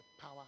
power